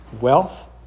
wealth